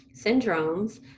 syndromes